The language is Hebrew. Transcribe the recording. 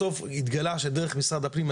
בסוף התגלה שדרך משרד הפנים,